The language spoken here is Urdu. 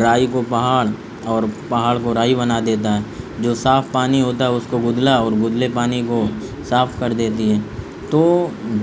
رائی کو پہاڑ اور پہاڑ کو رائی بنا دیتا ہے جو صاف پانی ہوتا ہے اس کو گدلا اور گدلے پانی کو صاف کر دیتی ہے تو